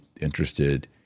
interested